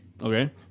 Okay